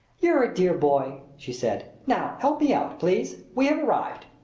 you're a dear boy! she said. now help me out, please. we have arrived.